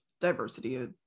diversity